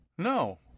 No